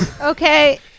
Okay